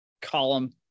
column